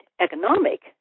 economic